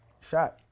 shot